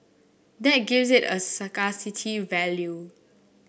that gives it a scarcity value